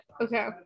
Okay